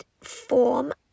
form